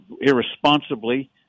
irresponsibly